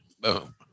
boom